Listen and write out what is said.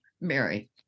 Mary